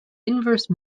inverse